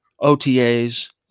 OTAs